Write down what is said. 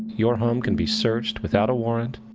your home can be searched without a warrant,